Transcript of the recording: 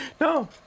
No